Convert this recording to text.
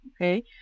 okay